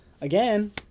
again